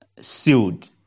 sealed